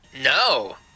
No